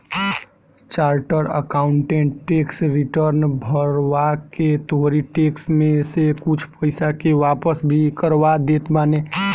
charter accountant tax return भरवा के तोहरी टेक्स में से कुछ पईसा के वापस भी करवा देत बाने